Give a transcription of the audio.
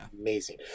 amazing